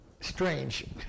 strange